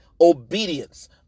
obedience